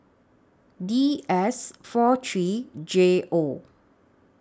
D S four three J O